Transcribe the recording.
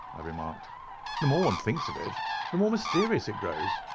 i remarked the more one thinks of it the more mysterious it grows.